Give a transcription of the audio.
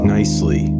Nicely